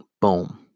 Boom